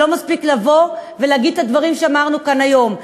זה לא מספיק לבוא ולהגיד את הדברים שאמרנו כאן היום.